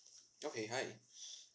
okay hi